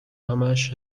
همهاش